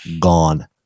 gone